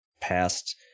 past